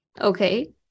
Okay